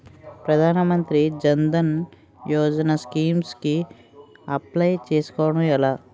ప్రధాన మంత్రి జన్ ధన్ యోజన స్కీమ్స్ కి అప్లయ్ చేసుకోవడం ఎలా?